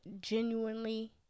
genuinely